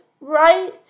right